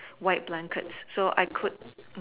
white blankets so I could